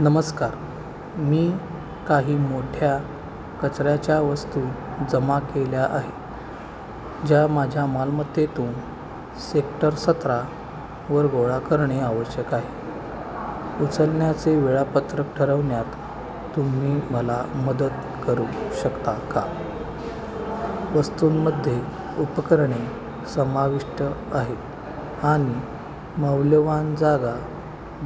नमस्कार मी काही मोठ्या कचऱ्याच्या वस्तू जमा केल्या आहे ज्या माझ्या मालमत्तेतून सेक्टर सतरावर गोळा करणे आवश्यक आहे उचलण्याचे वेळापत्रक ठरवण्यात तुम्ही मला मदत करू शकता का वस्तूंमध्ये उपकरणे समाविष्ट आहेत आणि मौल्यवान जागा